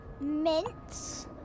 Mints